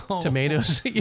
tomatoes